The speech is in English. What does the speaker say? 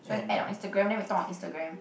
he want to add on Instagram then we talk on Instagram